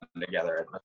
together